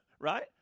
right